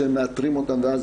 שמאתרים אותן ואז